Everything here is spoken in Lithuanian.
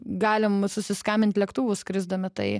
galim susiskambint lėktuvu skrisdami tai